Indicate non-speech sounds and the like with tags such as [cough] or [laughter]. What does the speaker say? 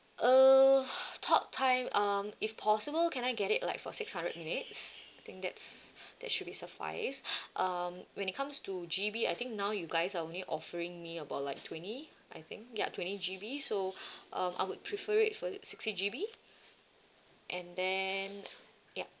err talk time um if possible can I get it like for six hundred minutes I think that's that should be suffice [breath] um when it comes to G_B I think now you guys are only offering me about like twenty I think ya twenty G_B so [breath] um I would prefer it for the sixty G_B and then ya